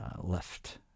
left